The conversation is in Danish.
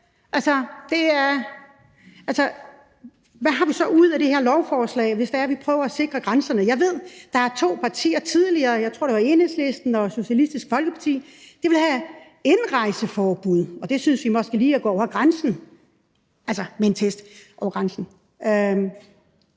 hjem. Hvad har vi så ud af det her lovforslag, hvis vi vil prøve at sikre grænserne? Jeg ved, at der var to partier – jeg tror, det var Enhedslisten og Socialistisk Folkeparti – der tidligere ville have indrejseforbud. Det synes vi måske lige er at gå over grænsen, altså over grænsen.